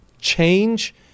Change